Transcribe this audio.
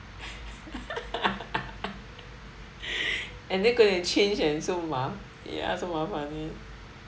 and then go and change and so ma~ ya so mafan ya